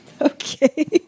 Okay